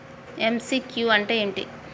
MCQ అంటే ఏమిటి?